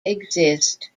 exist